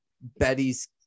Betty's